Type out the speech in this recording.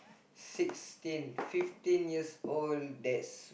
sixteen fifteen years old that's